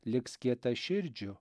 liks kietaširdžiu